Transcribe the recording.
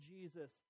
Jesus